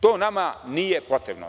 To nama nije potrebno.